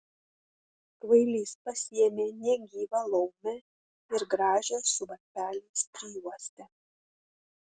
kvailys pasiėmė negyvą laumę ir gražią su varpeliais prijuostę